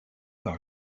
par